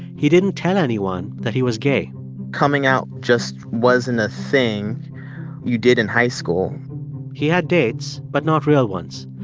he didn't tell anyone that he was gay coming out just wasn't a thing you did in high school he had dates but not real ones.